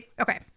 Okay